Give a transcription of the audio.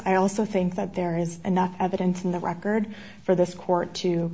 i also think that there is enough evidence in the record for this court to